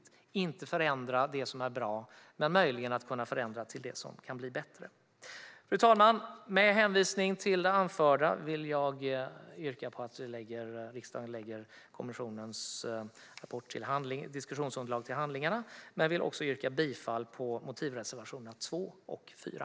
Låt oss inte förändra det som är bra, men låt oss möjligen förändra det som kan bli bättre. Fru talman! Med hänvisning till det anförda vill jag yrka bifall till utskottets förslag. Jag vill också yrka bifall till motivreservationerna 2 och 4.